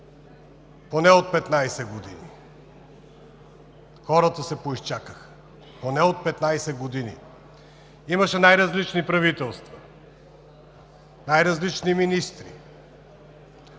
поне от 15 години, а хората се поизчакаха. Поне от 15 години! Имаше най-различни правителства, най-различни министри